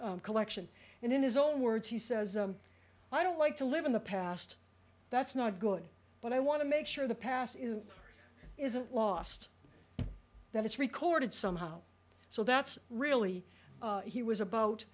collection and in his own words he says i don't like to live in the past that's not good but i want to make sure the past is isn't lost that it's recorded somehow so that's really he was about